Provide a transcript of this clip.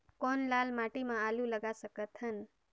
कौन लाल माटी म आलू लगा सकत हन?